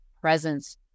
presence